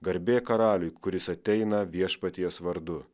garbė karaliui kuris ateina viešpaties vardu